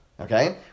okay